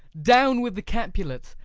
down with the capulets!